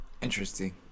Interesting